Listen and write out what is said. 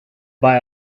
buy